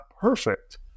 perfect